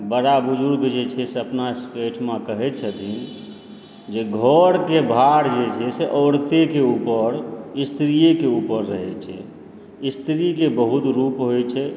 बड़ा बुजुर्ग जे छै से अपना सब एहिठमा कहै छथिन जे घर के भार जे छै से औरते के ऊपर स्त्रीये के ऊपर रहै छै स्त्री के बहुत रूप होइ छै